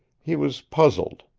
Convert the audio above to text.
he was puzzled.